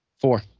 Four